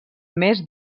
més